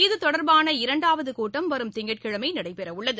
இது தொடர்பான இரண்டாவது கூட்டம் வரும் திங்கட்கிழமை நடைபெறவுள்ளது